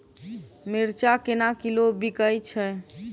मिर्चा केना किलो बिकइ छैय?